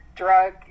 drug